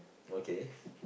okay